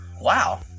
Wow